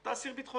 אתה אסיר ביטחוני,